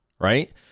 right